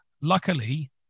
luckily